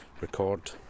record